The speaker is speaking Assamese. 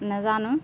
নাজানো